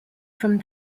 from